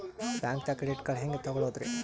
ಬ್ಯಾಂಕ್ದಾಗ credit card ಹೆಂಗ್ ತಗೊಳದ್ರಿ?